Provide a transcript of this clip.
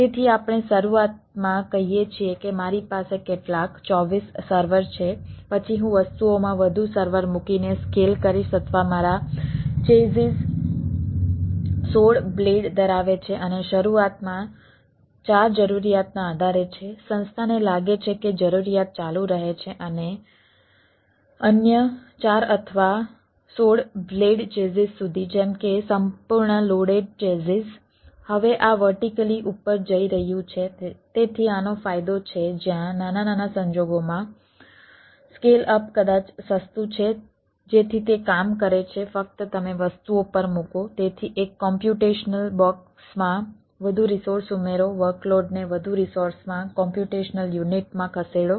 તેથી આપણે શરૂઆતમાં કહીએ છીએ કે મારી પાસે કેટલાક 24 સર્વર છે પછી હું વસ્તુઓમાં વધુ સર્વર મૂકીને સ્કેલ કરીશ અથવા મારા ચેઝિઝ માં ખસેડો